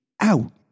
out